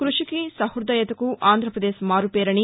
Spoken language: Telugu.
కృషికి సహృదయతకు ఆంధ్రప్రదేశ్ మారుపేరని